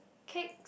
cakes